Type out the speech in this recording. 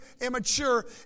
immature